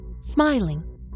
Smiling